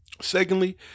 Secondly